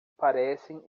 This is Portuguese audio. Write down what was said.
parecem